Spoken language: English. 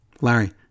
Larry